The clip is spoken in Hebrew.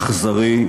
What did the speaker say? אכזרי,